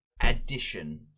addition